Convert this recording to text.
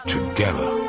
Together